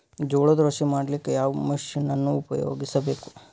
ಜೋಳದ ರಾಶಿ ಮಾಡ್ಲಿಕ್ಕ ಯಾವ ಮಷೀನನ್ನು ಉಪಯೋಗಿಸಬೇಕು?